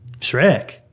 Shrek